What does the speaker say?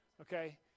Okay